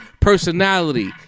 personality